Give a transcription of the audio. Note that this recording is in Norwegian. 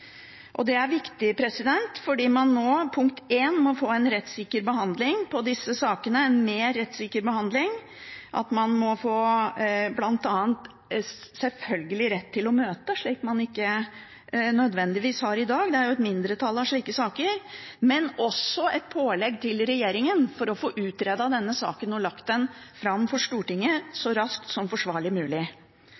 Det er viktig fordi man nå må få en rettssikker behandling av disse sakene, en mer rettssikker behandling, bl.a. at man selvfølgelig må få rett til å møte, slik man ikke nødvendigvis har i dag. Det er jo et mindretall av slike saker. Men det må også være et pålegg til regjeringen å få utredet denne saken og lagt den fram for Stortinget så